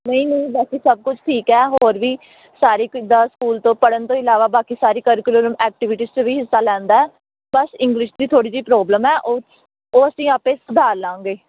ਨਹੀਂ ਨਹੀਂ ਬਾਕੀ ਸਭ ਕੁਝ ਠੀਕ ਹੈ ਹੋਰ ਵੀ ਸਾਰੇ ਕਿੱਦਾਂ ਸਕੂਲ ਤੋਂ ਪੜ੍ਹਨ ਤੋਂ ਇਲਾਵਾ ਬਾਕੀ ਸਾਰੀ ਕਰੀਕੂਲਮ ਐਕਟੀਵਿਟੀਜ਼ 'ਚ ਵੀ ਹਿੱਸਾ ਲੈਂਦਾ ਬਸ ਇੰਗਲਿਸ਼ ਦੀ ਥੋੜ੍ਹੀ ਜਿਹੀ ਪ੍ਰੋਬਲਮ ਹੈ ਉਹ ਉਹ ਅਸੀਂ ਆਪੇ ਸੁਧਾਰ ਲਵਾਂਗੇ